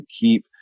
keep